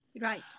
Right